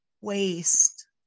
waste